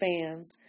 fans